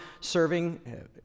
serving